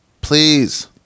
Please